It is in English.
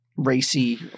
Racy